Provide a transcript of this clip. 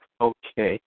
Okay